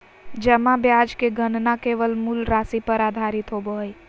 जमा ब्याज के गणना केवल मूल राशि पर आधारित होबो हइ